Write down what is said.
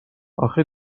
آخه